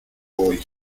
voy